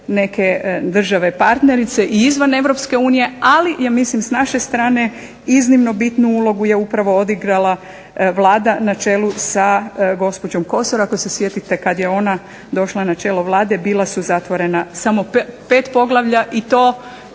neke države partnerice i izvan Europske unije ali ja mislim s naše strane iznimno bitnu ulogu je upravo odigrala Vlada na čelu sa gospođom Kosor ako se sjetite kad je ona došla na čelo Vlade bila su zatvorena samo pet poglavlja i to